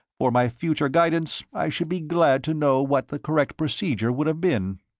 for my future guidance i should be glad to know what the correct procedure would have been.